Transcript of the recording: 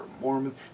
Mormon